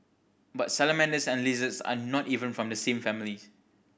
but salamanders and lizards are not even from the same families